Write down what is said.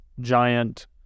giant